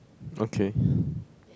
okay